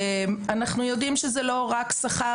אנחנו יודעים שזה לא רק שכר,